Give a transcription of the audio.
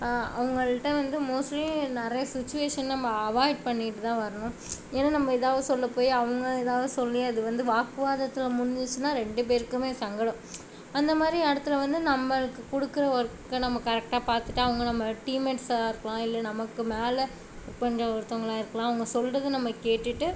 அவங்கள்ட்ட வந்து மோஸ்ட்லி நிறைய சிச்சுவேஷன் நம்ம அவாய்ட் பண்ணிவிட்டுதான் வரணும் ஏன்னால் நம்ம ஏதாவது சொல்ல போய் அவங்க ஏதாவது சொல்லி அது வந்து வாக்குவாதத்தில் முடிஞ்சுச்சுனா ரெண்டு பேருக்குமே சங்கடம் அந்த மாதிரி இடத்துல வந்து நம்மளுக்கு கொடுக்கற ஒர்க்கை நம்ம கரெக்ட்டாக பார்த்துட்டு அவங்க நம்ம டீம் மேட்ஸாக இருக்கலாம் இல்லை நமக்கு மேலே கொஞ்சம் ஒருத்தவங்களா இருக்கலாம் அவங்க சொல்வது நம்ம கேட்டுகிட்டு